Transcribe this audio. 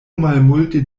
malmulte